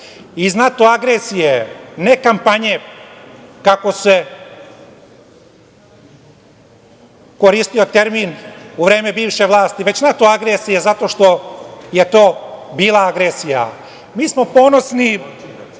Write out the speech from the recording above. iz NATO agresije, ne kampanje, kako se koristio termin u vreme bivše vlasti, već NATO agresija, zato što je to bila agresija. Mi smo ponosni